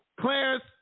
Clarence